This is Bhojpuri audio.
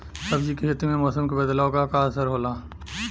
सब्जी के खेती में मौसम के बदलाव क का असर होला?